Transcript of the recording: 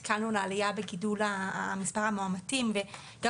הסתכלנו על העלייה בגידול מספר המאומתים וגם